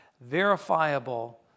verifiable